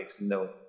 no